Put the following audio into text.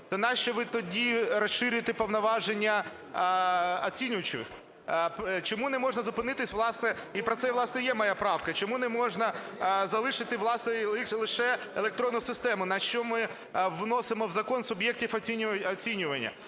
то нащо ви тоді розширюєте повноваження оцінюючі? Чому не можна зупинитись, власне, і про це, власне, і є моя правка. Чому не можна залишити лише електронну систему, нащо ми вносимо в закон суб'єктів оцінювання,